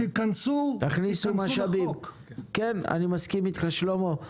אני מסכים אתך, שלמה.